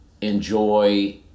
enjoy